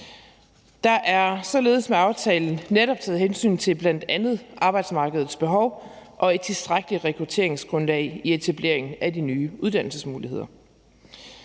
Der er således med aftalen netop taget hensyn til bl.a. arbejdsmarkedets behov og et tilstrækkeligt rekrutteringsgrundlag i etableringen af de nye uddannelsesmuligheder.